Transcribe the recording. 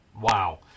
Wow